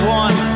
one